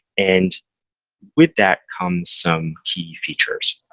and with that, comes some key features.